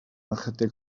ychydig